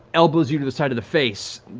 elbows you to the side of the face,